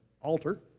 altar